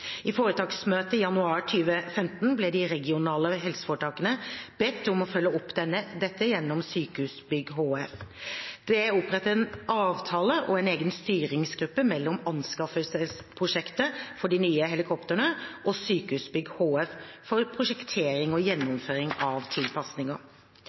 I foretaksmøtet i januar 2015 ble de regionale helseforetakene bedt om å følge opp dette gjennom Sykehusbygg HF. Det er opprettet en avtale og en egen styringsgruppe mellom anskaffelsesprosjektet for de nye redningshelikoptrene og Sykehusbygg HF for prosjektering og